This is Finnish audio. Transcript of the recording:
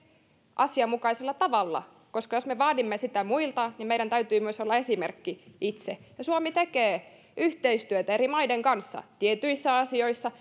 asianmukaisella tavalla ja jos me vaadimme sitä muilta niin meidän täytyy myös itse olla esimerkki suomi tekee yhteistyötä eri maiden kanssa tietyissä asioissa